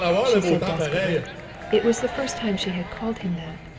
she said desperately it was the first time she had called him that